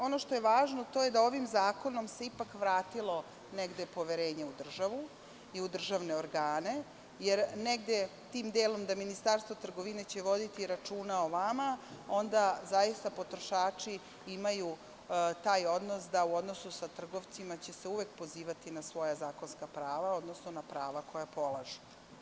Ono što je važno jeste to da se ovim zakonom ipak vratilo poverenje u državu i u državne organe, negde u tom delu da će Ministarstvo trgovine voditi računa o vama, onda zaista potrošači imaju taj odnos da u odnosima sa trgovcima će se uvek pozivati na svoja zakonska prava, odnosno na prava koja polažu.